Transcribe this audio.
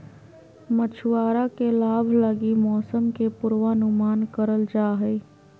मछुआरा के लाभ लगी मौसम के पूर्वानुमान करल जा हइ